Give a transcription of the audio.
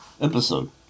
episode